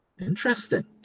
interesting